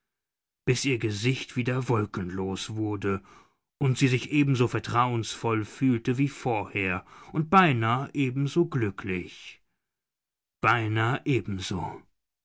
bis ihr gesicht wieder wolkenlos wurde und sie sich ebenso vertrauensvoll fühlte wie vorher und beinah ebenso glücklich beinah ebenso